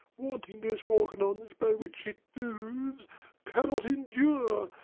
wanting those organons by which it moves, cannot endure,